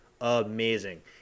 amazing